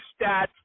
stats